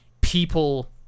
people